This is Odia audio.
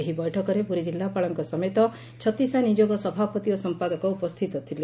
ଏହି ବୈଠକରେ ପୁରୀ ଜିଲ୍ଲାପାଳଙ୍କ ସମେତ ଛତିଶା ନିଯୋଗ ସଭାପତି ଓ ସମ୍ପାଦକ ଉପସ୍ତିତ ଥିଲେ